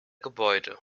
gebäude